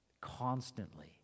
constantly